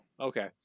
okay